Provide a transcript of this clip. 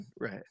right